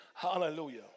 Hallelujah